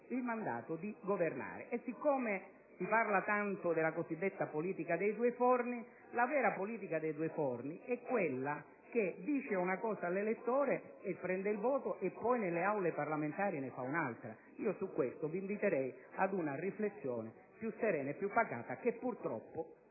il mandato di governare. Siccome si parla tanto della cosiddetta politica dei due forni, dico che la vera politica dei due forni è quella di chi dice una cosa all'elettore, ne prende il voto, e poi nelle Aule parlamentari ne fa un'altra. Su questo vi inviterei ad una riflessione più serena e pacata che, purtroppo,